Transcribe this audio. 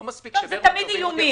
זה תמיד איומים,